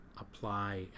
apply